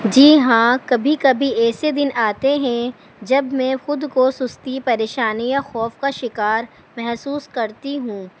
جی ہاں کبھی کبھی ایسے دن آتے ہیں جب میں خود کو سستی پریشانی یا خوف کا شکار محسوس کرتی ہوں